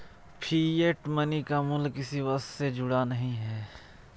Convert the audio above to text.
fiat money का मूल्य किसी वस्तु से जुड़ा नहीं है